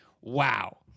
wow